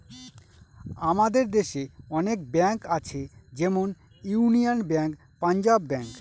আমাদের দেশে অনেক ব্যাঙ্ক আছে যেমন ইউনিয়ান ব্যাঙ্ক, পাঞ্জাব ব্যাঙ্ক